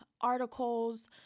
articles